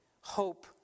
Hope